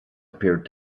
appeared